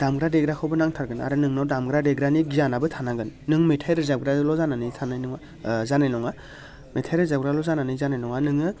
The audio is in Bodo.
दामग्रा देग्राखौबो नांथारगोन आरो नोंनाव दामग्रा देग्रानि गियानाबो थानांगोन नों मेथाइ रोजाबग्राल' जानानै थानाय नङा ओ जानाय नङा मेथाइ रोजाबग्राल जानानै जानाय नङा नोङो